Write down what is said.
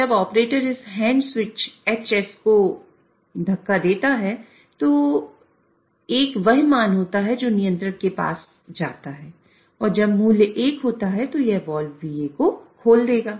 जब ऑपरेटर इस hand switch HS को धक्का देता है तो 1 वह मान होता है जो नियंत्रक के पास जाता है और जब मूल्य 1 होता है तो यह वाल्व VA को खोल देगा